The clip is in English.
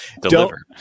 deliver